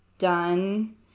done